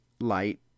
light